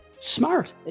smart